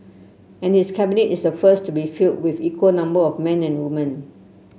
and his Cabinet is the first to be filled with equal number of man and woman